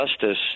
justice